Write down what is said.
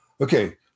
Okay